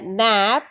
nap